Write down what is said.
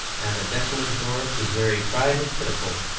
and the desolate dorrit, whose very pride was pitiful,